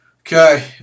Okay